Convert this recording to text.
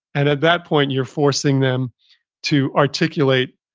and at that point, you're forcing them to articulate